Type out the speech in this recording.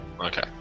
Okay